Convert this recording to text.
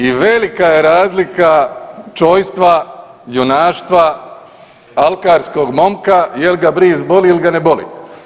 I velika je razlika čojstva, junaštva alkarskog momka jel ga bris boli ili ne boli.